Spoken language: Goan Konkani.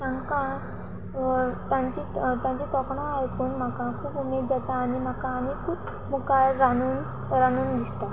तांकां तांची तांची तोखणां आयकून म्हाका खूब उमेद जाता आनी म्हाका आनी खूब मुखार रांदून रांदून दिसता